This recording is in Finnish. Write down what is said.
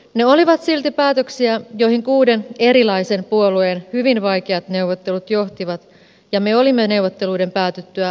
ne olivat silti päätöksiä joihin kuuden erilaisen puolueen hyvin vaikeat neuvottelut johtivat ja me olimme neuvotteluiden päätyttyä sovussa mukana